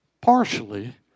Partially